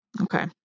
Okay